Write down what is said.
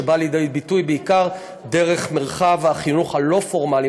שבא לידי ביטוי בעיקר דרך מרחב החינוך הלא-פורמלי,